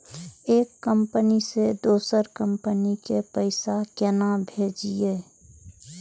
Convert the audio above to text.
एक कंपनी से दोसर कंपनी के पैसा केना भेजये?